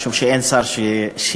משום שאין שר שישיב.